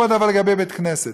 הוא הדבר לגבי בית-כנסת.